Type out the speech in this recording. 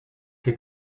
que